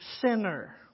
sinner